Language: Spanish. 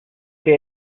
que